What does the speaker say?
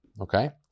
Okay